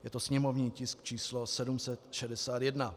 Je to sněmovní tisk č. 761.